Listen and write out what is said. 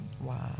Wow